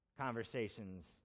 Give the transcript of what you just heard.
conversations